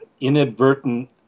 inadvertent